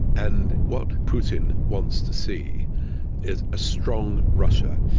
and what putin wants to see is a strong russia.